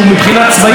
צבאית,